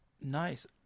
Nice